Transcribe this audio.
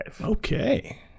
Okay